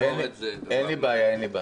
אין לי בעיה.